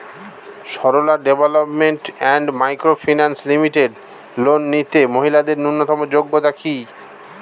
Sarala development and micro finance limited loan নিতে মহিলাদের ন্যূনতম যোগ্যতা কী?